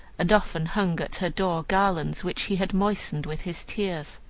and often hung at her door garlands which he had moistened with his tears.